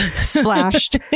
splashed